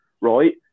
right